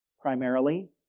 primarily